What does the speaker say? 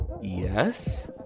Yes